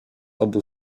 obu